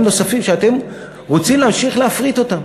נוספים שאתם רוצים להמשיך ולהפריט אותם.